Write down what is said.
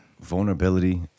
Vulnerability